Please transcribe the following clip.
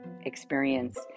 experience